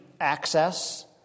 access